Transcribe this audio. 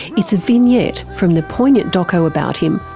it's a vignette from the poignant doco about him,